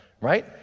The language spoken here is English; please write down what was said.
right